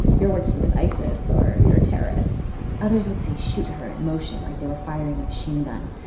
you're working with isis or you're a terrorist others would say, shoot her and motion like they were firing a machine gun.